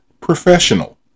professional